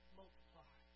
multiply